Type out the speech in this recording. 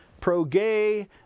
pro-gay